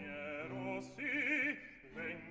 we'll see